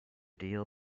deal